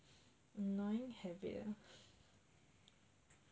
annoying habit ah